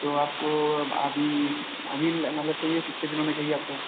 तो आपको अब अभी अभी मतलब चाहिए कितने दिनों में चाहिए आपको